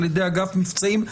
על ידי אגף מבצעים,